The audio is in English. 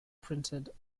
printed